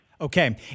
Okay